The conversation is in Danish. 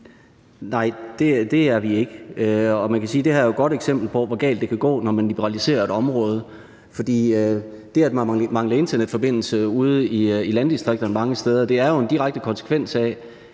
Nej, det er vi ikke. Og man kan sige, at det her jo er et godt eksempel på, hvor galt det kan gå, når man liberaliserer et område, for det at mangle internetforbindelse mange steder ude i landdistrikterne er jo en direkte konsekvens af,